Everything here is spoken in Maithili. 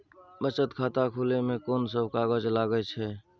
बचत खाता खुले मे कोन सब कागज लागे छै?